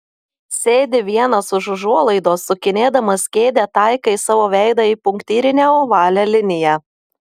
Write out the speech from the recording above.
sėdi vienas už užuolaidos sukinėdamas kėdę taikai savo veidą į punktyrinę ovalią liniją